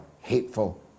hateful